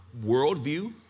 worldview